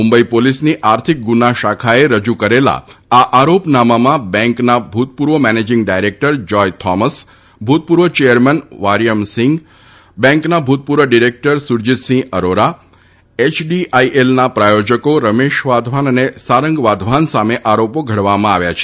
મુંબઈ પોલીસની આર્થિક ગુના શાખાએ રજૂ કરેલા આ આરોપનામાં બેન્કના ભૂતપૂર્વે મેનેજિંગ ડિરેક્ટર જોય થોમસ ભૂતપૂર્વ ચેરમેન વાર્યમસિંઘ બેન્કના ભૂતપૂર્વ ડિરેકટર સુરજીતસિંઘ અરોરા એયડીઆઈએલના પ્રાયોજકો રાકેશ વાધવાન અને સારંગ વાધવાન સામે આરોપો ઘડવામાં આવ્યા છે